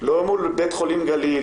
לא מול בית חולים גליל,